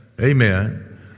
Amen